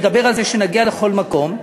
מדבר על זה שנגיע לכל מקום,